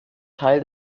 teil